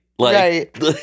right